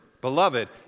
beloved